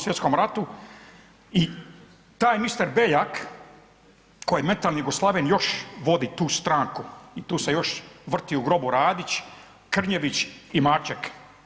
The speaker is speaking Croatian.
Svjetskom ratu i taj mister Beljak koji je metalni jugoslaven još vodi tu stranku i tu se još vrti u grobu Radić, Krnjević i Marček.